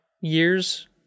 years